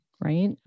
Right